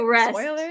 rest